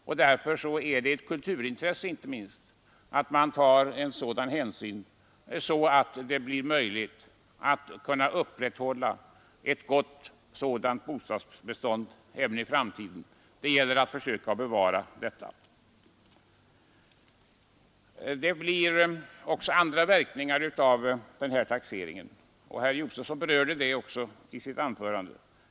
Och därför är det inte minst ett kulturintresse att man tar sådan hänsyn att det blir möjligt att kunna upprätthålla ett gott bostadsbestånd även i framtiden. Det gäller att försöka bevara detta. Det blir också andra verkningar av den här taxeringen, och herr Josefson berörde även dem i sitt anförande.